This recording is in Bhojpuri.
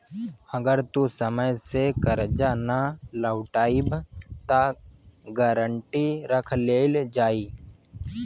अगर तू समय से कर्जा ना लौटइबऽ त गारंटी रख लेवल जाई